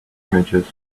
images